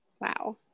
Wow